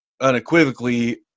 unequivocally